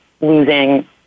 losing